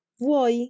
vuoi